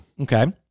Okay